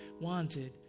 wanted